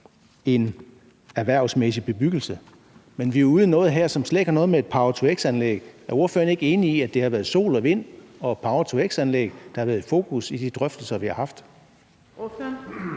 en erhvervsmæssig bebyggelse. Men her er vi ude i noget, der slet ikke har noget at gøre noget med et power-to-x-anlæg. Er ordføreren ikke enig i, at det har været sol og vind og power-to-x-anlæg, der har været i fokus i de drøftelser, vi har haft?